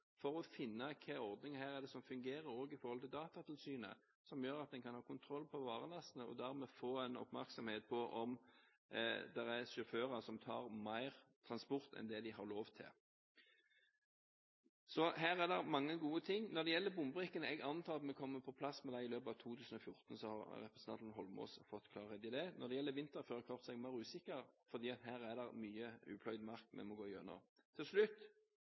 for å finne hvilken ordning det er som fungerer her, også med tanke på Datatilsynet, som gjør at en kan ha kontroll på varelastene, og dermed få en oppmerksomhet på om det er sjåfører som tar mer transport enn det de har lov til. Her er det mange gode ting. Når det gjelder bombrikkene, antar jeg at vi kommer på plass med dem i løpet av 2014 – så har representanten Eidsvoll Holmås fått klarhet i det. Når det gjelder vinterførerkort, er jeg mer usikker, for her er det mye upløyd mark vi må gå igjennom. Til slutt: